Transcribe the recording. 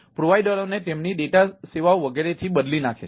પ્રોવાઇડરઓને તેમની ડેટા સેવાઓ વગેરેથી બદલી નાખે છે